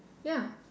ya